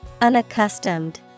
Unaccustomed